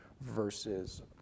versus